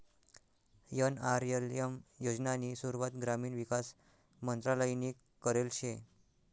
NRLM योजनानी सुरुवात ग्रामीण विकास मंत्रालयनी करेल शे